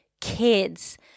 kids